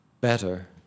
Better